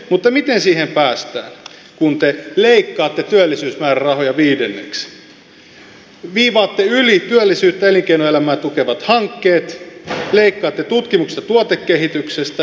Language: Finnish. mutta miten siihen päästään kun te leikkaatte työllisyysmäärärahoja viidenneksen viivaatte yli työllisyyttä ja elinkeinoelämää tukevat hankkeet leikkaatte tutkimuksesta ja tuotekehityksestä